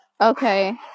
Okay